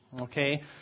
Okay